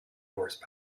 horse